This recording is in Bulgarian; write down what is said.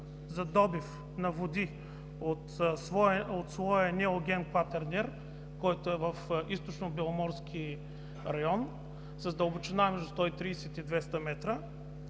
за добив на води от слоя неоген–кватернер, който е в Източно-Беломорския район, с дълбочина между 130 и 200 метра,